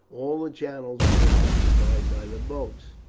all the channels being occupied by the boats,